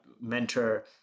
mentor